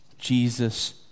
Jesus